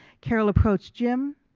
carol approached jim,